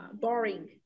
boring